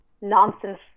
nonsense